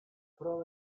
prova